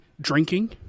drinking